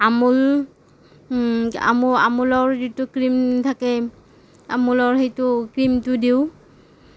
আমূল আমূল আমূলৰ যিটো ক্ৰীম থাকে আমূলৰ সেইটো ক্ৰীমটো দিওঁ